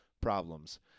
problems